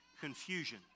confusion